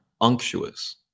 unctuous